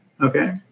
Okay